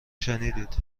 شنیدید